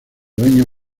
dueño